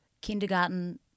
Kindergarten